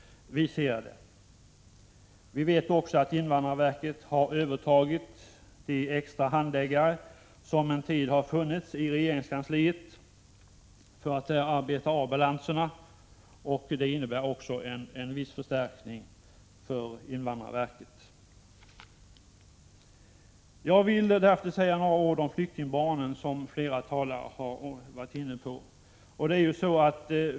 Vi vet också att invandrarverket har övertagit de extra handläggare som en tid har funnits i regeringskansliet för att där arbeta av balanserna. Det innebär också en viss förstärkning av invandrarverkets resurser. Jag vill därefter säga några ord om flyktingbarnen, som flera talare har varit inne på.